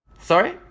Sorry